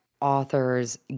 authors